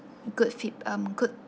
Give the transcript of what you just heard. good feed um good